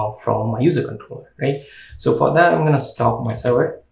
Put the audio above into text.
um from user control right so for that i'm gonna stop my server